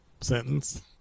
sentence